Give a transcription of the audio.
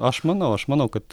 aš manau aš manau kad